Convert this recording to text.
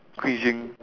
cringing